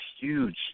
huge